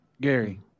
Gary